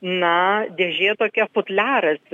na dėžė tokia futliaras